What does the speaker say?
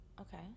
Okay